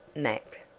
mac?